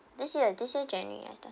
this year this year january I start~